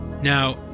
Now